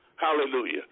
Hallelujah